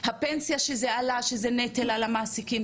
הפנסיה שעלה כנטל על המעסיקים.